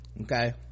okay